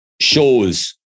shows